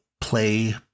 play